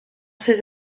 ces